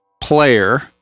player